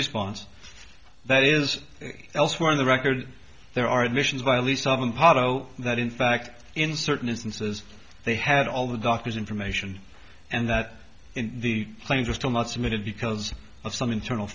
response that is elsewhere in the record there are admissions by least on the part of that in fact in certain instances they had all the doctors information and that the planes are still not submitted because of some internal